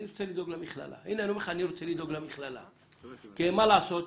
אני רוצה לדאוג למכללה, כי מה לעשות,